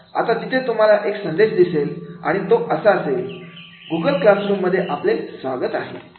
आता तिथे तुम्हाला एक संदेश दिसेल तो असा असेल गुगल क्लास रूम मध्ये आपले स्वागत आहे